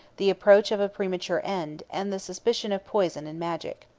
the approach of a premature end, and the suspicion of poison and magic.